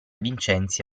vincenzi